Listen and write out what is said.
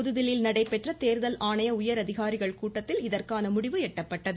புதுதில்லியில் நடைபெற்ற தேர்தல் ஆணைய உயர் அதிகாரிகள் கூட்டத்தில் இதற்கான முடிவு எட்டப்பட்டது